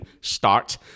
start